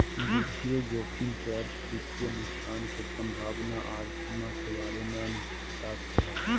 वित्तीय जोखिम के अर्थ वित्तीय नुकसान के संभावना आर सीमा के बारे मे अनिश्चितता से हय